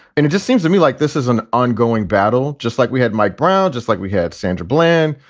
and it just seems to me like this is an ongoing battle, just like we had mike brown, just like we had sandra bland,